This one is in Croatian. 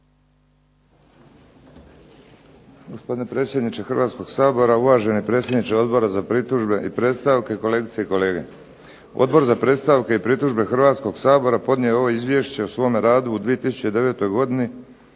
Gospodine predsjedniče Hrvatskog sabora, uvaženi predsjedniče Odbora za pritužbe i predstavke, kolegice i kolege. Odbor za predstavke i pritužbe Hrvatskog sabora podnio je ovo Izvješće o svome radu u 2009. godini